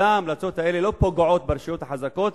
ההמלצות האלה לא פוגעות ברשויות החזקות,